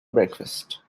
breakfast